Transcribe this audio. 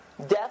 Death